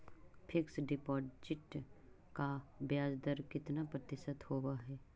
Fix deposit का ब्याज दर कितना प्रतिशत होब है?